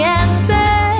answer